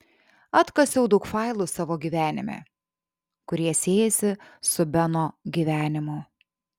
atkasiau daug failų savo gyvenime kurie siejasi su beno gyvenimu